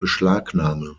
beschlagnahme